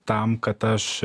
tam kad aš